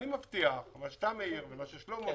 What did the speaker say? אני מבטיח שמה שאתה מעיר ומה ששלמה שאל,